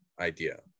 idea